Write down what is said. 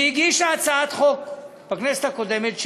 היא הגישה הצעת חוק בכנסת הקודמת,